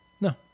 No